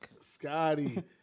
Scotty